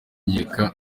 yereka